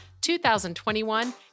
2021